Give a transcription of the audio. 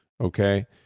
okay